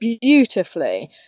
beautifully